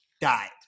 died